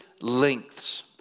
lengths